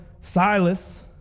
Silas